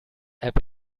app